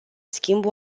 schimb